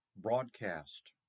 broadcast